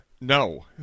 No